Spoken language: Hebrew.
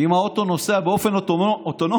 אם האוטו נוסע באופן אוטונומי,